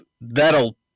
that'll